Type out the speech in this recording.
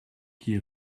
qui